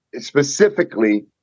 specifically